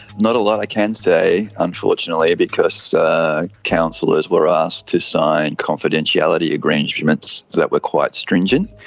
not a lot i can say unfortunately because councillors were asked to sign confidentiality agreements agreements that were quite stringent.